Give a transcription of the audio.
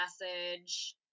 message